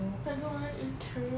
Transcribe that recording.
I don't want intern